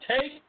Take